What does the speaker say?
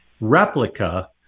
replica